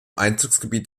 einzugsgebiet